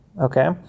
okay